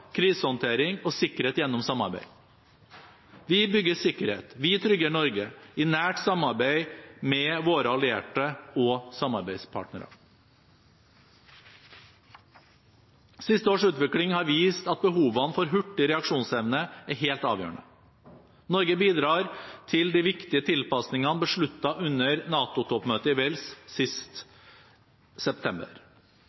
krisehåndtering og sikkerhet gjennom samarbeid. Vi bygger sikkerhet, vi trygger Norge, i nært samarbeid med våre allierte og samarbeidspartnere. Siste års utvikling har vist at behovene for hurtig reaksjonsevne er helt avgjørende. Norge bidrar til de viktige tilpasningene besluttet under NATO-toppmøtet i Wales sist september.